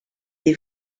des